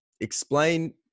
Explain –